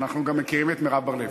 אנחנו גם מכירים את מירב בר-לב.